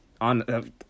on